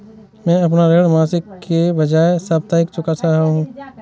मैं अपना ऋण मासिक के बजाय साप्ताहिक चुका रहा हूँ